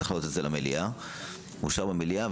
מעלים למליאה,